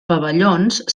pavellons